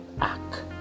act